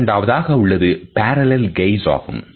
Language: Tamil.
இரண்டாவதாக உள்ளது parallel gaze ஆகும்